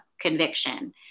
conviction